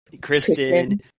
Kristen